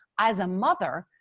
as a mother,